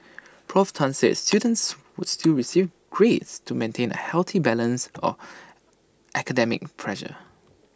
Prof Tan said students would still receive grades to maintain A healthy balance of academic pressure